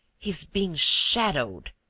he's being shadowed!